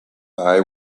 eye